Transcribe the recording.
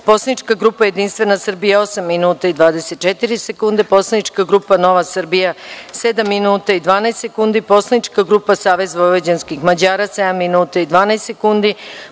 Poslanička grupa Jedinstvena Srbija – 8 minuta i 24 sekunde; Poslanička grupa Nova Srbija – 7 minuta i 12 sekundi; Poslanička grupa Savez vojvođanskih Mađara – 7 minuta i 12 sekundi;